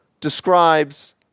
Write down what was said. describes